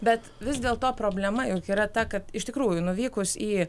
bet vis dėlto problema juk ir yra ta kad iš tikrųjų nuvykus į